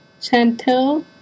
Chantel